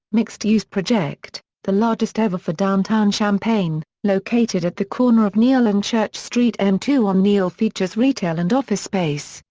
mixed-use project the largest ever for downtown champaign located at the corner of neil and church street. m two on neil features retail and office space,